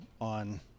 on